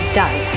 done